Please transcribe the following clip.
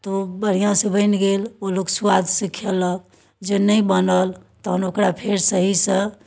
तऽ ओ बढ़िआँसँ बनि गेल ओ लोक स्वादसँ खयलक जे ओ नहि बनल तखन ओकरा फेर सहीसँ